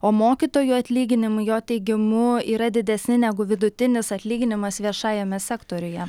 o mokytojų atlyginimai jo teigimu yra didesni negu vidutinis atlyginimas viešajame sektoriuje